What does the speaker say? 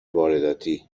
وارداتی